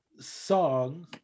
Song